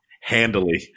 handily